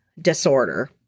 Disorder